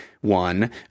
One